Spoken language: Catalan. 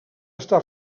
està